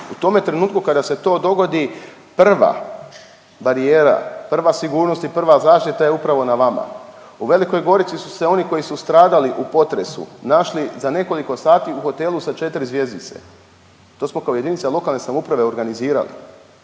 U tome trenutku kada se to dogodi, prva barijera, prva sigurnost i prva zaštita je upravo na vama. U Velikoj Gorici su se oni koji su stradali u potresu našli za nekoliko sati u hotelu s 4 zvjezdice. To smo kao jedinica lokalne samouprave organizirali.